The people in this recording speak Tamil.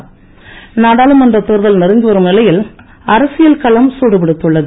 தேர்தல் நாடாளுமன்றத் தேர்தல் நெருங்கிவரும் நிலையில் அரசியல் களம் சூடுபிடித்துள்ளது